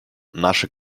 наши